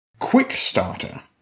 Quickstarter